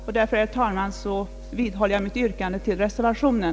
Jag vidhåller således, herr talman, mitt yrkande om bifall till reservationen.